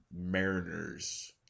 Mariners